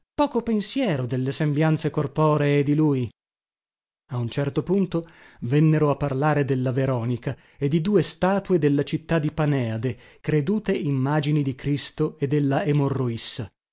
poco pensiero delle sembianze corporee di lui a un certo punto vennero a parlare della veronica e di due statue della città di paneade credute immagini di cristo e della emorroissa ma